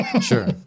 Sure